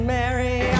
Mary